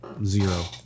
zero